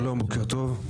שלום, בוקר טוב.